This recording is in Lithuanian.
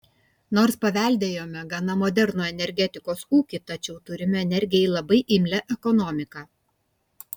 nors paveldėjome gana modernų energetikos ūkį tačiau turime energijai labai imlią ekonomiką